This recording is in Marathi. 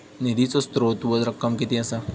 निधीचो स्त्रोत व रक्कम कीती असा?